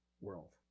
world